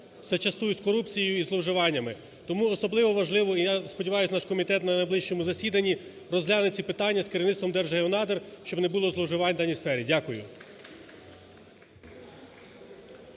зачастую із корупцією і зловживаннями. Тому особливо важливо і я сподіваюсь наш комітет на найближчому засіданні розгляне ці питання з керівництвом Держгеонадр, щоб не було зловживань в даній сфері. Дякую.